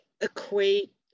equate